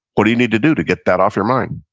what do you need to do to get that off your mind?